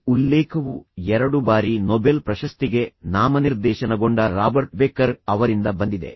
ಈ ಉಲ್ಲೇಖವು ಎರಡು ಬಾರಿ ನೊಬೆಲ್ ಪ್ರಶಸ್ತಿಗೆ ನಾಮನಿರ್ದೇಶನಗೊಂಡ ರಾಬರ್ಟ್ ಬೆಕರ್ ಅವರಿಂದ ಬಂದಿದೆ